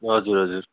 हजुर हजुर